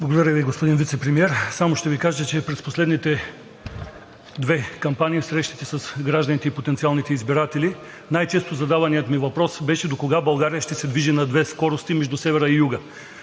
Благодаря Ви, господин Вицепремиер. Само ще Ви кажа, че през последните две кампании при срещите с гражданите и потенциалните избиратели най-често задаваният ми въпрос беше: докога България ще се движи на две скорости между севера и юга?